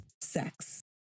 sex